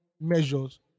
measures